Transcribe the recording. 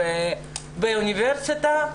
באוניברסיטה,